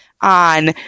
on